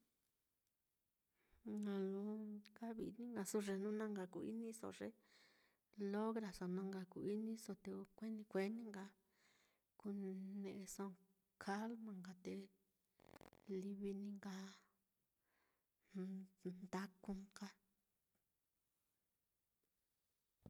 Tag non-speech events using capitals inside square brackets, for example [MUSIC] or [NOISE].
[HESITATION] lo kavi-ini nkasu ye jnu na nka kuu-iniso ye lograso, na nka ku-inso te ko kueni kueni nka kune'eso calma nka, te livi ní nka ndaku nka.